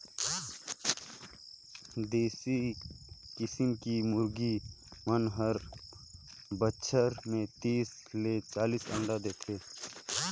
देसी किसम के मुरगी मन हर बच्छर में तीस ले चालीस अंडा देथे